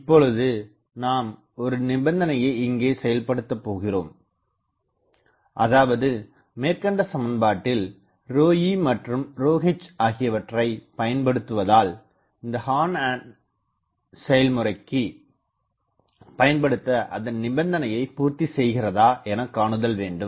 இப்பொழுது நாம் ஒரு நிபந்தனையை இங்கே செயல்படுத்தப்போகிறோம் அதாவது மேற்கண்ட சமன்பாட்டில் ρe மற்றும் ρh ஆகியவற்றைப் பயன்படுதுவதால் இந்த ஹார்ன் செயல்முறைக்குப் பயன்படுத்த அதன் நிபந்தனையை பூர்திசெய்கிறதா எனகாணுதல் வேண்டும்